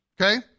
Okay